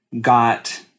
got